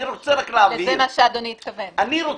אני רוצה רק להבהיר --- זה מה שאדוני התכוון אליו?